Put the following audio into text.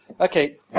Okay